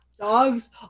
Dogs